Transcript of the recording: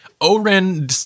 Oren